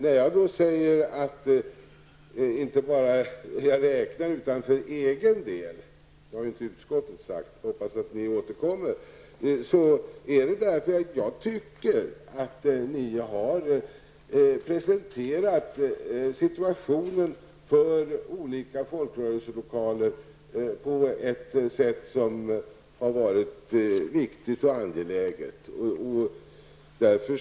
När jag då säger att jag inte bara räknar med utan också för egen del hoppas på att ni återkommer är det därför att jag tycker att ni har presenterat situationen för olika folkrörelselokaler på ett viktigt och angeläget sätt.